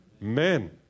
Men